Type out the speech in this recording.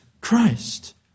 Christ